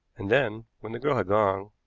and then, when the girl had gone,